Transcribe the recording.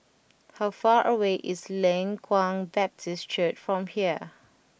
how far away is Leng Kwang Baptist Church from here